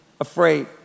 afraid